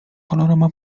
panorama